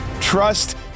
trust